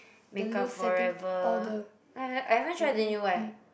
make-up for ever I haven't I haven't tried the new one